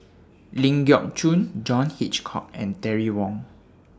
Ling Geok Choon John Hitchcock and Terry Wong